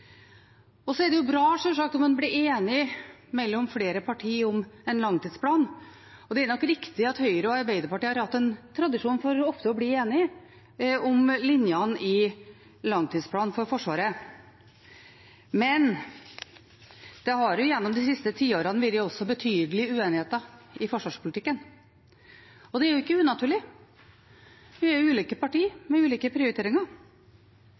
er sjølsagt bra om det blir enighet mellom flere partier om en langtidsplan, og det er nok riktig at Høyre og Arbeiderpartiet har hatt tradisjon for ofte å bli enige om linjene i langtidsplanen for Forsvaret, men det har gjennom de siste tiårene også vært betydelige uenigheter i forsvarspolitikken. Og det er ikke unaturlig. Vi er ulike partier med ulike prioriteringer.